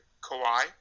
Kawhi